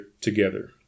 together